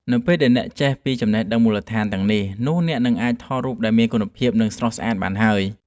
នៅពេលដែលអ្នកចេះពីចំណេះដឹងមូលដ្ឋានទាំងនេះ នោះអ្នកនឹងអាចថត់រូបដែលមានគុណភាព និងស្រស់ស្អាតបានហើយ។